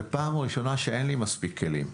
זאת פעם ראשונה שאין לי מספיק כלים.